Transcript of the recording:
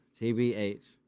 TBH